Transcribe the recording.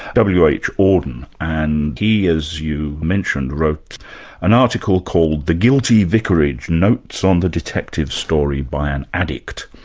w. h. auden, and he as you mentioned, wrote an article called the guilty vicarage notes on the detective story by an addict.